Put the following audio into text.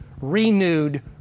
renewed